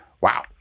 Wow